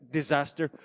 disaster